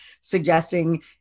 suggesting